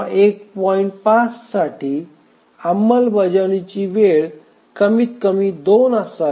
5 साठी अंमलबजावणीची वेळ कमीतकमी 2 असावी